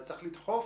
אז צריך לדחוף